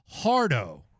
Hardo